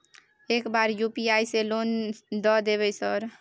एक बार यु.पी.आई से लोन द देवे सर?